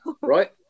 Right